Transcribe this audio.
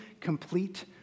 complete